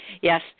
Yes